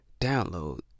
download